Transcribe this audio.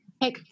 hey